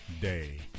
day